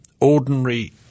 ordinary